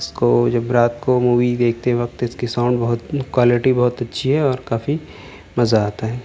اس کو جب رات کو مووی دیکھتے وقت اس کی سانگ بہت کوالٹی بہت اچھی ہے اور کافی مزہ آتاہے